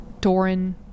Doran